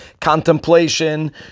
contemplation